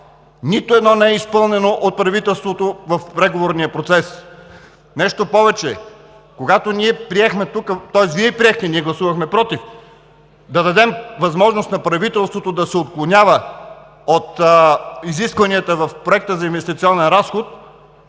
нито едно не е изпълнено от правителството в преговорния процес! Нещо повече! Когато ние приехме тук, тоест Вие приехте, ние гласувахме „против“, да дадем възможност на правителството да се отклонява от изискванията в Проекта за инвестиционен разход,